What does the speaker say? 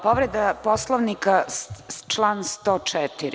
Povreda Poslovnika, član 104.